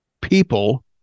people